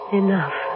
enough